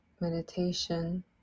meditation